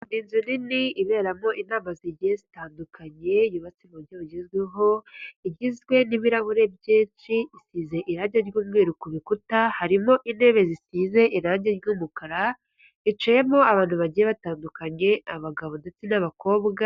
Inzu nini iberamo inama zigiye zitandukanye, yubatse mu buryo bugezweho. Igizwe n'ibirahure byinshi, isize iragi ry'umweru ku bikuta. Harimo intebe zisize iragi ry'umukara, hicayemo abantu bagiye batandukanye. Abagabo ndetse n'abakobwa...